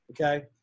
Okay